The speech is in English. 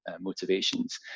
motivations